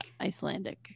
Icelandic